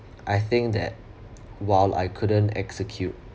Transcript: I think that while I couldn't execute